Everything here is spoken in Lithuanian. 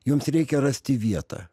joms reikia rasti vietą